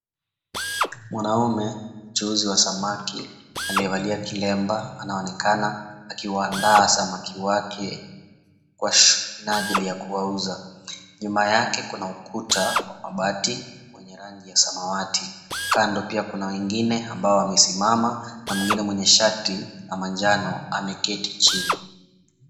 Mwanaume, mchuuzi wa samaki, aliyevalia kilemba anaonekana akiwaandaa samaki wake Kwa minajili ya kuwauza. Nyuma yake kuna ukuta wa bati wenye rangi ya samawati. Kando pia kuna wengine ambao wamesimama na mwingine mwenye shati ya manjano ameketi chini.